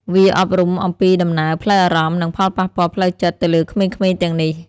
វាអប់រំអំពីដំណើរផ្លូវអារម្មណ៍ និងផលប៉ះពាល់ផ្លូវចិត្តទៅលើក្មេងៗទាំងនេះ។